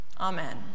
Amen